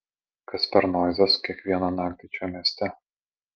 kas per noizas kiekvieną naktį čia mieste